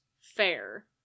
fair